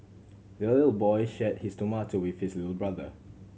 the little boy shared his tomato with his little brother